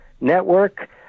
Network